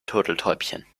turteltäubchen